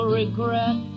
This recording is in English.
regret